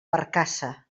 barcassa